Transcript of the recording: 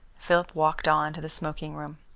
philip walked on to the smoking room.